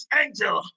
angel